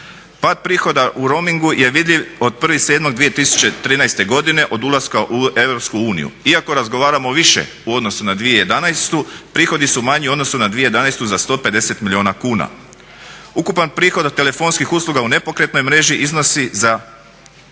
Pad prihoda u roamingu je vidljiv od 1.07.2013. od ulaska u EU. Iako razgovaramo više u odnosu na 2011. prihodi su manji u odnosu na 2011. za 150 milijuna kuna. Ukupan prihod od telefonskih usluga u nepokretnoj mreži iznosi,